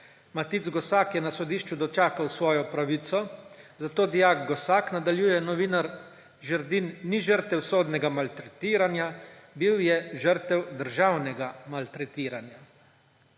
»Matic Gosak je na sodišču dočakal svojo pravico, zato dijak Gosak,« nadaljuje novinar Žerdin, »ni žrtev sodnega maltretiranja, bil je žrtev državnega maltretiranja.«